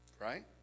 Right